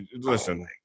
Listen